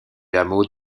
hameau